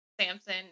Samson